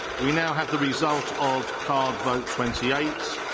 we now have the result of card vote twenty eight,